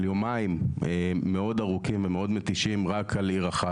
יומיים מאוד ארוכים ומאוד מתישים רק על עיר אחת,